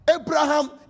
Abraham